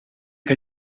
che